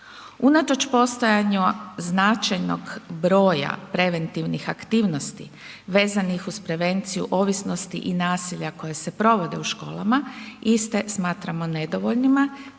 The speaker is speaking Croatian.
Unatoč postojanju značajnog broja preventivnih aktivnosti vezanih uz prevenciju ovisnosti i nasilja koje se provode u školama, iste smatramo nedovoljnima